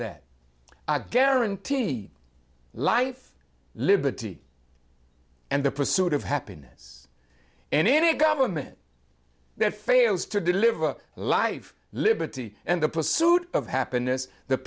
a guaranteed life liberty and the pursuit of happiness and any government that fails to deliver life liberty and the pursuit of happiness th